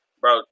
bro